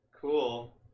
cool